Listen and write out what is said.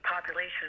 population